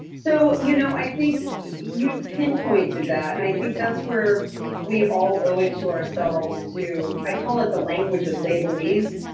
so you know i think you pinpointed that, and i think that's where we all owe it to ourselves to, i call it the language of labelese.